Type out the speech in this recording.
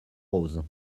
roses